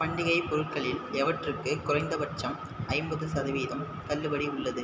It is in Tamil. பண்டிகை பொருட்களில் எவற்றுக்கு குறைந்தபட்சம் ஐம்பது சதவீதம் தள்ளுபடி உள்ளது